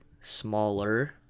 smaller